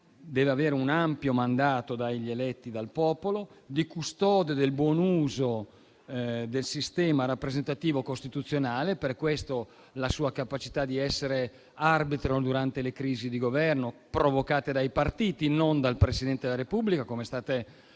avere un ampio mandato dagli eletti dal popolo di custode del buon uso del sistema rappresentativo costituzionale, da cui deriva la sua capacità di essere arbitro durante le crisi di Governo provocate dai partiti, non dal Presidente della Repubblica, come avete